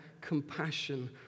compassion